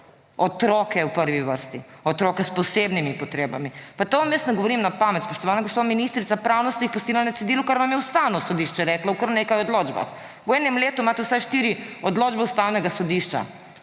Otroke v prvi vrsti, otroke s posebnimi potrebami. Pa tega vam jaz ne govorim na pamet, spoštovana gospa ministrica, pravno ste jih pustili na cedilu, kar vam je Ustavno sodišče reklo v kar nekaj odločbah. V enem letu imate vsaj štiri odločbe Ustavnega sodišča.